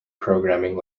programming